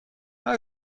how